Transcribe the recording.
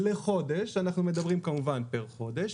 אנחנו מדברים כמובן פר חודש,